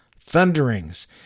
thunderings